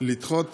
לדחות